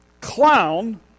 clown